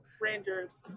rangers